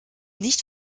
nicht